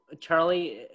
Charlie